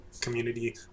community